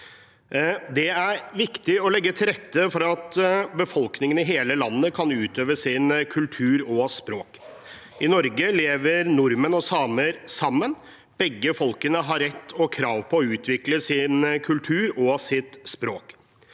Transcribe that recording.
Det er viktig å legge til rette for at befolkningen i hele landet kan utøve sin kultur og sitt språk. I Norge lever nordmenn og samer sammen. Begge folkene har rett og krav på å utvikle sin kultur og sitt språk.